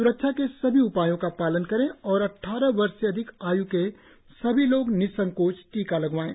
स्रक्षा के सभी उपायों का पालन करें और अद्वारह वर्ष से अधिक आय् के सभी लोग निसंकोच टीका लगवाएं